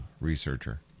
researcher